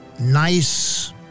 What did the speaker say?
nice